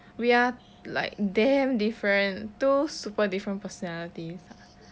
we are like damn different two super different personalities